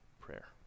prayer